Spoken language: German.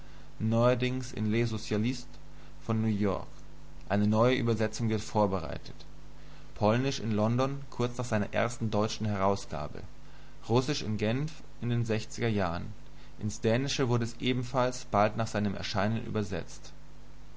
neuerdings in le socialiste von new york eine neue übersetzung wird vorbereitet polnisch in london kurz nach seiner ersten deutschen herausgabe russisch in genf in den sechziger jahren ins dänische wurde es ebenfalls bald nach seinem erscheinen übersetzt